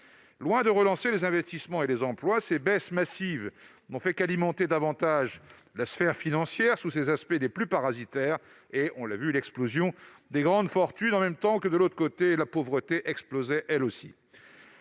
Loin de relancer les investissements et les emplois, ces baisses massives n'ont fait qu'alimenter davantage la sphère financière, sous ses aspects les plus parasitaires, et l'explosion des grandes fortunes. Parallèlement, la pauvreté, elle aussi,